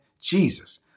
Jesus